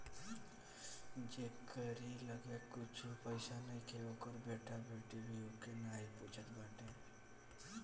जेकरी लगे कुछु पईसा नईखे ओकर बेटा बेटी भी ओके नाही पूछत बाटे